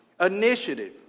initiative